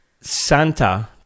Santa